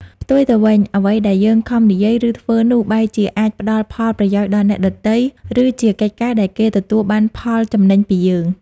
ផ្ទុយទៅវិញ អ្វីដែលយើងខំនិយាយ ឬធ្វើនោះ បែរជាអាចផ្ដល់ផលប្រយោជន៍ដល់អ្នកដទៃ ឬជាកិច្ចការដែលគេទទួលបានផលចំណេញពីយើង។